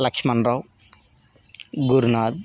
Laxman Rao Gurunath